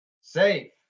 Safe